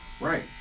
right